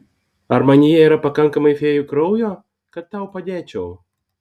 ar manyje yra pakankamai fėjų kraujo kad tau padėčiau